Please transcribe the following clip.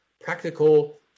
practical